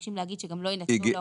ומבקשים להגיד שגם לא יינתנו לו